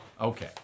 Okay